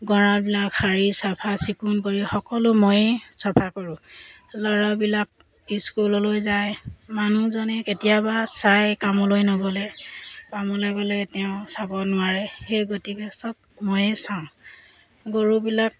গঁৰালবিলাক সাৰি চাফ চিকুণ কৰি সকলো ময়েই চাফা কৰোঁ ল'ৰাবিলাক স্কুললৈ যায় মানুহজনে কেতিয়াবা চাই কামলৈ নগ'লে কামলৈ গ'লে তেওঁ চাব নোৱাৰে সেই গতিকে চব ময়েই চাওঁ গৰুবিলাক